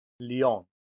Lyon